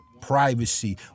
Privacy